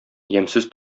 ямьсез